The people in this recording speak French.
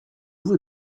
vous